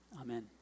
Amen